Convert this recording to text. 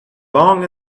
long